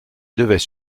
devaient